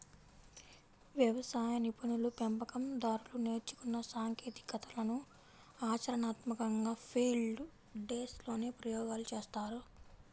వ్యవసాయ నిపుణులు, పెంపకం దారులు నేర్చుకున్న సాంకేతికతలను ఆచరణాత్మకంగా ఫీల్డ్ డేస్ లోనే ప్రయోగాలు చేస్తారు